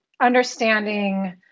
understanding